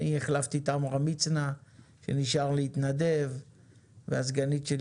אני החלפתי את עמרם מצנע שנשאר להתנדב והסגנית שלי